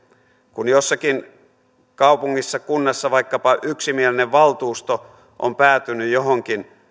kun jossakin kunnassa tai kaupungissa vaikkapa yksimielinen valtuusto on päätynyt johonkin